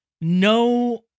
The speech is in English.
no